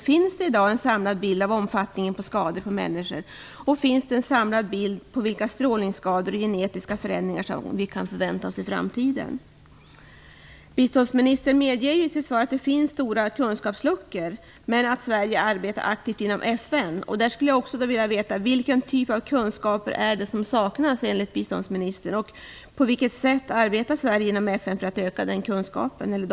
Finns det i dag en samlad bild av omfattningen av skadorna på människor, och finns det en samlad bild av vilka strålningsskador och genetiska förändringar som vi kan förvänta oss i framtiden? Biståndsministern medger i sitt svar att det finns stora kunskapsluckor men säger att Sverige arbetar aktivt inom FN. Jag skulle också vilja veta vilken typ av kunskaper som enligt biståndsministern saknas och på vilket sätt Sverige arbetar inom FN för att öka dessa kunskaper.